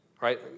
right